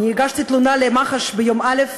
הגשתי תלונה למח"ש ביום א',